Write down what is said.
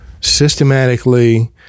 systematically